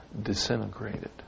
disintegrated